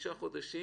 חמישה חודשים,